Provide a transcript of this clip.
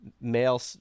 male